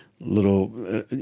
little